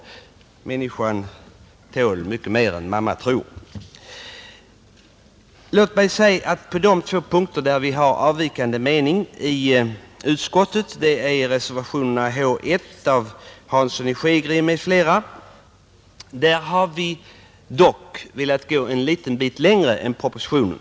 Människan tål mycket mer än man tror. Vid två punkter i utskottets hemställan har det anmälts avvikande meningar. Den första är reservationen 1 av herr Hansson i Skegrie m.fl. Där har vi reservanter velat gå ett stycke längre än propositionen.